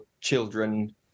children